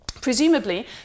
Presumably